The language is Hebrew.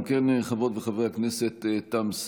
אם כן, חברות וחברי הכנסת,